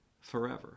forever